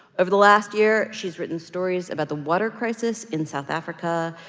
over the last year, she's written stories about the water crisis in south africa.